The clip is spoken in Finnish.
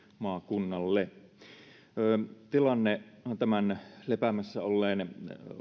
maakunnalle tilannehan tämän lepäämässä olleen